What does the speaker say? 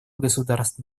государств